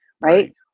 Right